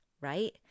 right